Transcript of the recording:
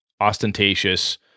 ostentatious